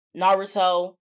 Naruto